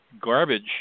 garbage